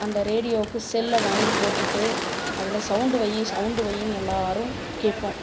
அந்த ரேடியோவுக்கு செல்லை வாங்கிப் போட்டுவிட்டு அதில் சவுண்டு வை சவுண்டு வைன்னு எல்லோரும் கேட்போம்